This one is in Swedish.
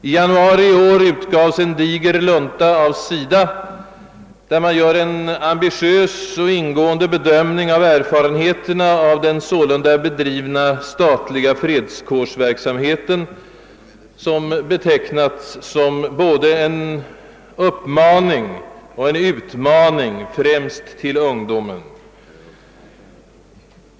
I januari i år avgav SIDA en diger lunta, i vilken man gör en ambitiös och ingående bedömning av erfarenheterna av den sålunda bedrivna statliga fredskårens verksamhet, en typ av verksamhet som betecknas som både en uppmaning och en utmaning till främst ungdomen.